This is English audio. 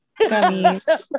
gummies